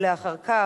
ואחר כך,